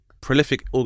prolific